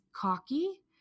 cocky